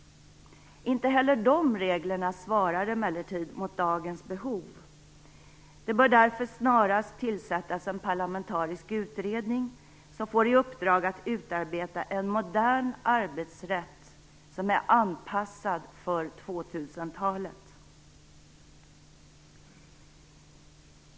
Inte heller de reglerna svarar emellertid mot dagens behov. Det bör därför snarast tillsättas en parlamentarisk utredning, som får i uppdrag att utarbeta en modern arbetsrätt som är anpassad för 2000-talet.